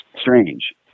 strange